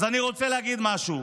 אז אני רוצה להגיד משהו: